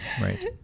right